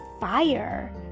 fire